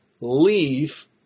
leave